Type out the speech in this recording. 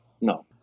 no